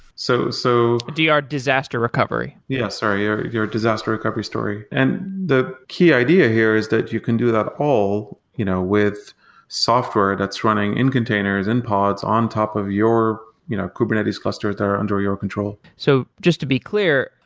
so so disaster recovery. yes, sorry. your your disaster recovery story. and the key idea here is that you can do that all you know with software that's running in containers, in pods on top of your you know kubernetes cluster that are under your control. so just to be clear,